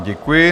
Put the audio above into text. Děkuji.